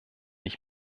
ich